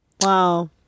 Wow